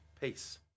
Peace